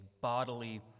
bodily